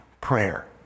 prayer